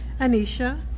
Anisha